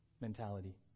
mentality